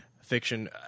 fiction